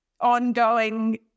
ongoing